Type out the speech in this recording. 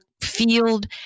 field